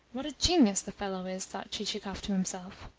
what a genius the fellow is! thought chichikov to himself.